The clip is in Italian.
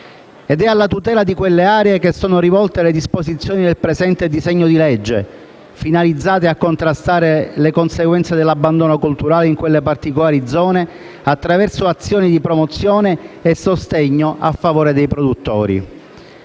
Ed è alla tutela di quelle aree che sono rivolte le disposizioni del presente disegno di legge, finalizzate a contrastare le conseguenze dell'abbandono colturale in quelle particolari zone attraverso azioni di promozione e sostegno a favore dei produttori.